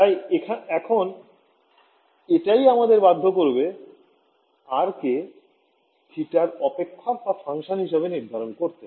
তাই এখন এটাই আমাদের বাধ্য করবে R কে θ এর অপেক্ষক হিসেবে নির্ধারণ করতে